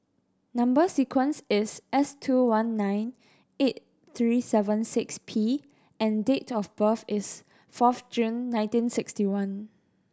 number sequence is S two one nine eight three seven six P and date of birth is fourth June nineteen sixty one